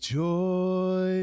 joy